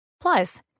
Plus